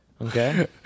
okay